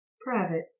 Private